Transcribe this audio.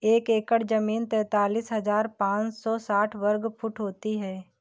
एक एकड़ जमीन तैंतालीस हजार पांच सौ साठ वर्ग फुट होती है